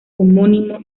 homónimo